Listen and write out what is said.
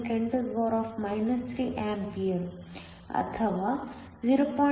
96 x 10 3 A ಅಥವಾ 0